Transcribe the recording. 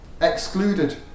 excluded